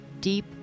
deep